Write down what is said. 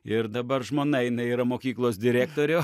ir dabar žmona jinai yra mokyklos direktorė